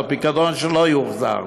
אבל פיקדון שלא יוחזר?